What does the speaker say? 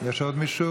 יש עוד מישהו?